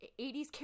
80s